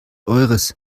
eures